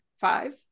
five